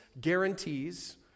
guarantees